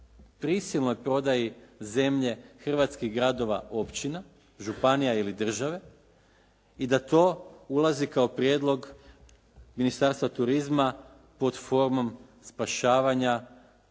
prisilnoj prodaji zemlje hrvatskih gradova, općina, županija ili države i da to ulazi kao prijedlog ministarstva turizma pod formulom spašavanja